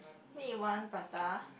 wait you want prata